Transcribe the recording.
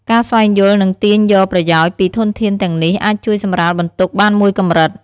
ការស្វែងយល់ និងទាញយកប្រយោជន៍ពីធនធានទាំងនេះអាចជួយសម្រាលបន្ទុកបានមួយកម្រិត។